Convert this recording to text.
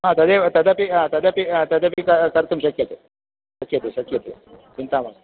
हा तदेव तदपि तदपि तदपि कर्तुं शक्यते शक्यते शक्यते चिन्ता मास्तु